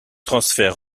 transfert